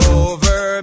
over